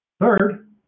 Third